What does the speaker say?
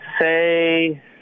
say